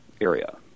area